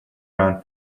run